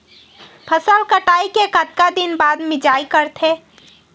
फसल कटाई के कतका दिन बाद मिजाई करथे?